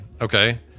Okay